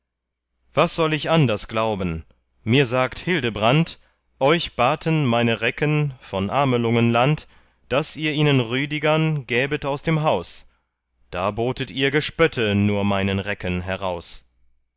was soll ich anders glauben mir sagt hildebrand euch baten meine recken von amelungenland daß ihr ihnen rüdigern gäbet aus dem haus da botet ihr gespötte nur meinen recken heraus